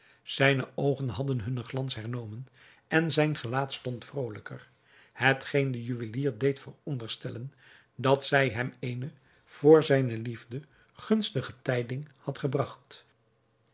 zijne oogen hadden hunnen glans hernomen en zijn gelaat stond vrolijker hetgeen den juwelier deed veronderstellen dat zij hem eene voor zijne liefde gunstige tijding had gebragt